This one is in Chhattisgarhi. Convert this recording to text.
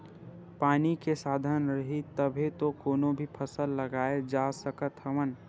पानी के साधन रइही तभे तो कोनो भी फसल लगाए जा सकत हवन